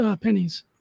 pennies